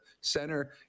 center